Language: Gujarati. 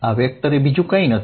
આ વેક્ટર xx a2y છે